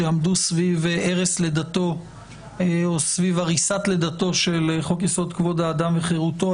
שעמדו סביב עריסת לידתו של חוק יסוד: כבוד האדם וחירותו,